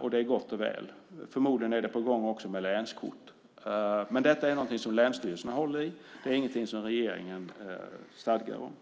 och det är gott och väl. Förmodligen är också länskort på gång, men detta är någonting som länsstyrelserna håller i. Det är ingenting som regeringen stadgar om.